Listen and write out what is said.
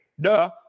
Duh